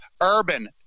Urban